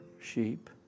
sheep